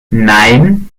nein